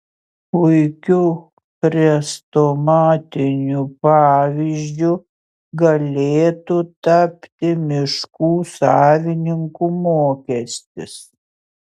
puikiu chrestomatiniu pavyzdžiu galėtų tapti miškų savininkų mokestis